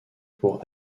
pour